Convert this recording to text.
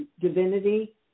divinity